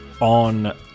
on